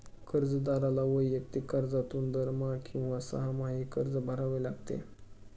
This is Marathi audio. कर्जदाराला वैयक्तिक कर्जातून दरमहा किंवा सहामाही कर्ज भरावे लागते